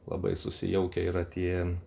labai susijaukę yra tie